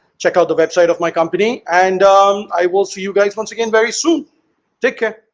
check out the website of my company and um i will see you guys once again very soon take care